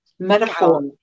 metaphor